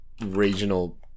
regional